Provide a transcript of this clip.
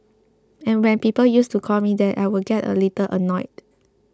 and when people used to call me that I would get a little annoyed